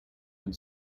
and